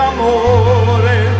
Amore